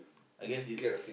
I guess it's